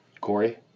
Corey